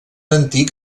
antic